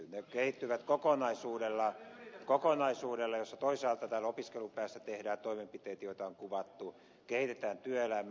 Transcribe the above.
ne kehittyvät kokonaisuudella jossa toisaalta täällä opiskelun päässä tehdään toimenpiteitä joita on kuvattu kehitetään työelämää